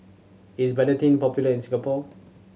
is Betadine popular in Singapore